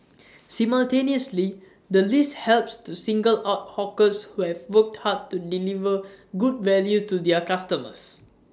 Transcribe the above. simultaneously the list helps to single out hawkers who have worked hard to deliver good value to their customers